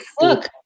look